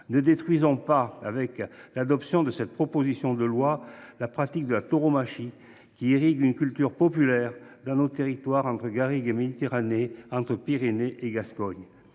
Ne détruisons pas, par l’adoption de cette proposition de loi, la pratique de la tauromachie, qui irrigue toute une culture populaire dans nos territoires, entre la région des Garrigues et la Méditerranée, entre les Pyrénées et la Gascogne.